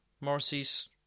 morrissey's